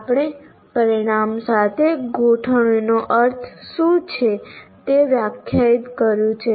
આપણે પરિણામ સાથે ગોઠવણીનો અર્થ શું છે તે વ્યાખ્યાયિત કર્યું છે